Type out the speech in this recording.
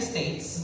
States